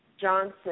Johnson